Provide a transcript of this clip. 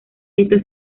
estos